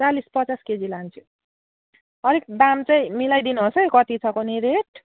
चालिस पचास केजी लान्छु अलिक दाम चाहिँ मिलाइदिनुहोस् है कति छ कोनि रेट